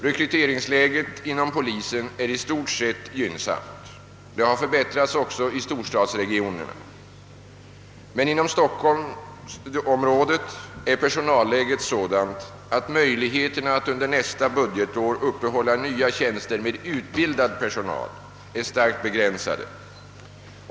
Rekryteringsläget inom polisen är i stort sett gynnsamt och har förbättrats också i storstadsregionerna. Inom stockholmsområdet är personalläget emellertid sådant att möjligheterna att under nästa budgetår uppehålla nya tjänster med utbildad personal är starkt begränsade.